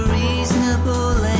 reasonable